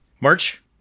March